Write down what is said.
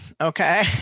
okay